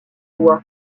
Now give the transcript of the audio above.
voix